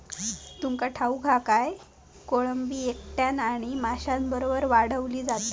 तुमका ठाऊक हा काय, कोळंबी एकट्यानं आणि माशांबरोबर वाढवली जाता